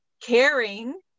caring